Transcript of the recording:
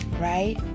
right